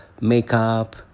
makeup